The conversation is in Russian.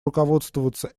руководствоваться